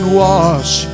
wash